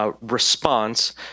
Response